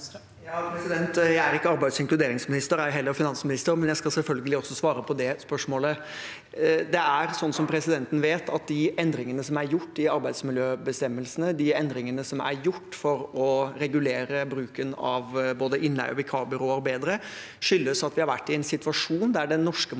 Jeg er ikke arbeids- og inkluderingsminister og ei heller finansminister, men jeg skal selvfølgelig også svare på det spørsmålet. De endringene som er gjort i arbeidsmiljøbestemmelsene, de endringene som er gjort for å regulere bruken av både innleie og vikarbyråer bedre, skyldes at vi har vært i en situasjon der den norske